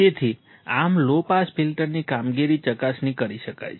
તેથી આમ low pass ફિલ્ટરની કામગીરીની ચકાસણી કરી શકાય છે